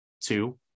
two